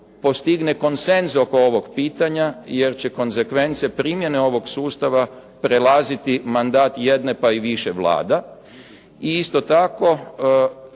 postigne konsenzus oko ovog pitanja jer će konzekvence primjene ovog sustava prelaziti mandat jedne pa i više Vlada. I isto tako